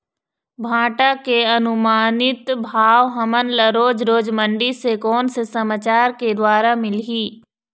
भांटा के अनुमानित भाव हमन ला रोज रोज मंडी से कोन से समाचार के द्वारा मिलही?